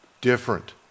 Different